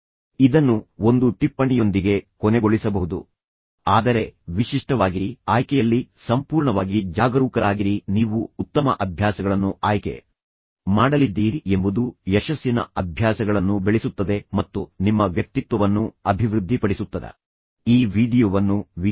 ಇದನ್ನು ಒಂದು ಟಿಪ್ಪಣಿಯೊಂದಿಗೆ ಕೊನೆಗೊಳಿಸಬಹುದು ಆದರೆ ವಿಶಿಷ್ಟವಾಗಿರಿ ಆಯ್ಕೆಯಲ್ಲಿ ಸಂಪೂರ್ಣವಾಗಿ ಜಾಗರೂಕರಾಗಿರಿ ನೀವು ಉತ್ತಮ ಅಭ್ಯಾಸಗಳನ್ನು ಆಯ್ಕೆ ಮಾಡಲಿದ್ದೀರಿ ಎಂಬುದು ಯಶಸ್ಸಿನ ಅಭ್ಯಾಸಗಳನ್ನು ಬೆಳೆಸುತ್ತದೆ ಮತ್ತು ನಿಮ್ಮ ವ್ಯಕ್ತಿತ್ವವನ್ನು ಅಭಿವೃದ್ಧಿಪಡಿಸುತ್ತದೆ ಅತ್ಯಂತ ಯಶಸ್ವಿಯಾಗುತ್ತಾರೆ ಮತ್ತು ಅಂತಿಮವಾಗಿ ಸಂತೋಷದಿಂದ ಶಾಂತಿಯುತವಾಗಿ ಉಳಿಯುತ್ತಾರೆ ಮತ್ತು ಯಾವುದೇ ವಿಷಾದವಿಲ್ಲದೆ ಜೀವನವನ್ನು ನಡೆಸುತ್ತಾರೆ